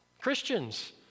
Christians